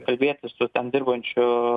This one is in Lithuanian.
kalbėtis su ten dirbančiu